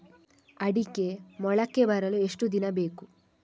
ಅಡಿಕೆ ಮೊಳಕೆ ಬರಲು ಎಷ್ಟು ದಿನ ಬೇಕು?